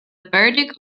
verdict